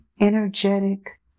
energetic